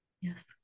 Yes